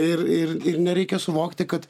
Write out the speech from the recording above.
ir ir ir nereikia suvokti kad